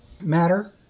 matter